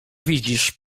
widzisz